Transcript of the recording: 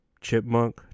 chipmunk